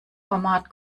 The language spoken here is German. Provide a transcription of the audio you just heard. format